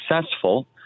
successful